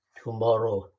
tomorrow